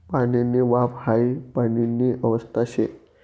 पाणीनी वाफ हाई पाणीनी अवस्था शे